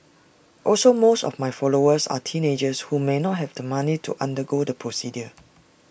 also most of my followers are teenagers who may not have the money to undergo the procedure